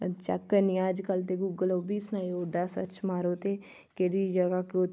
में चैक्क करनी आं अजकल ते गूगल ओह् बी सनाई ओड़दा सर्च मारो ते केह्ड़ी जगह् केह्